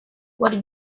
what